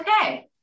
Okay